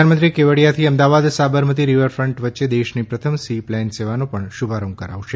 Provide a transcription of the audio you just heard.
પ્રધાનમંત્રી કેવડિયાથી અમદાવાદ સાબરમતી રીવરફન્ટ વચ્ચે દેશની પ્રથમ સી પ્લેન સેવાનો પણ શુભારંભ કરાવશે